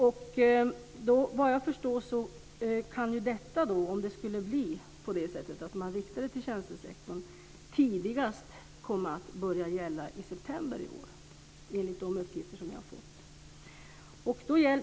Om det skulle bli så att man skulle rikta det till tjänstesektorn kan det, vad jag förstår, tidigast komma att börja gälla i september i år, enligt de uppgifter som jag har fått.